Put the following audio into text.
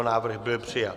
Návrh byl přijat.